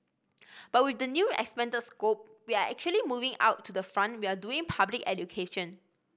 but with the new expanded scope we are actually moving out to the front we are doing public education